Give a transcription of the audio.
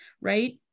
right